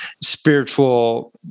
spiritual